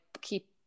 keep